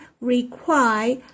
require